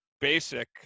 basic